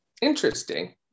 Interesting